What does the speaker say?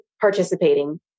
participating